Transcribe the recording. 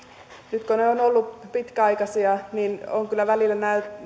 nyt kun ne ovat olleet pitkäaikaisia niin on kyllä välillä